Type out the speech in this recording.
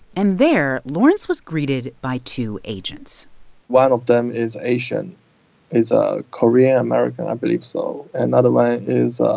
and there, lawrence was greeted by two agents one of them is asian is ah korean-american, i believe so. and other one is ah